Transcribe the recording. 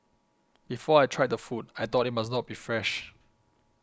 before I tried the food I thought it must not be fresh